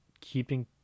keeping